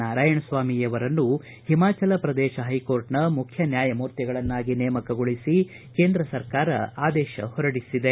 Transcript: ನಾರಾಯಣಸ್ವಾಮಿ ಅವರನ್ನು ಹಿಮಾಚಲ ಪ್ರದೇಶ ಹೈಕೋರ್ಟ್ನ ಮುಖ್ಯ ನ್ಯಾಯಮೂರ್ತಿಗಳನ್ನಾಗಿ ನೇಮಕಗೊಳಿಸಿ ಕೇಂದ್ರ ಸರ್ಕಾರ ಆದೇಶ ಹೊರಡಿಸಿದೆ